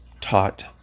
taught